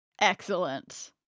Excellent